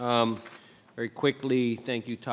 um very quickly, thank you,